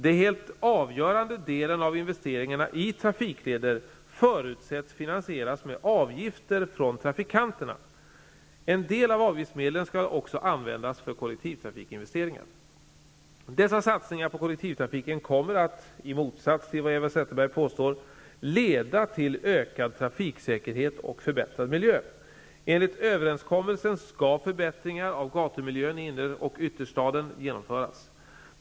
Den helt avgörande delen av investeringar i trafikleder förutsätts finansieras med avgifter från trafikanterna. En del av avgiftsmedlen skall också användas för kollektivtrafikinvesteringar. Dessa satsningar på kollektivtrafiken kommer att, i motsats till vad Eva Zetterberg påstår, leda till ökad trafiksäkerhet och förbättrad miljö. Enligt överenskommelsen skall förbättringar av gatumiljön i inner och ytterstaden genomföras.